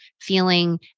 feeling